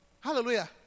Hallelujah